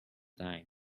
time